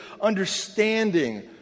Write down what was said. understanding